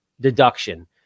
deduction